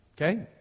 Okay